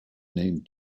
named